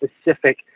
specific